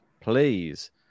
please